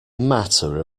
matter